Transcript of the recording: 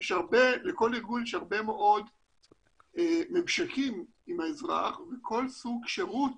לכל ארגון יש הרבה מאוד ממשקים עם האזרח וכל סוג שירות